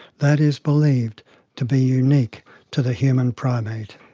that is believed to be unique to the human primate.